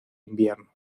invierno